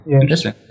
Interesting